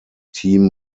team